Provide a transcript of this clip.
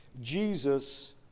Jesus